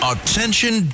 Attention